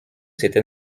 s’était